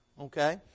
Okay